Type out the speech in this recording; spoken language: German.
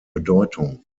bedeutung